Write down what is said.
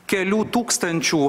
kelių tūkstančių